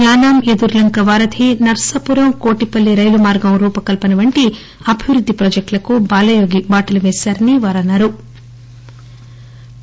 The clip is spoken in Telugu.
యానాం ఎదురు వారధి నర్సాపురం కోటిపల్లి రైలుమార్గం రూపకల్పన వంటి అభివృద్ది పాజెక్టుకు బాలయోగి బాటలు వేశారని వారు అన్నారు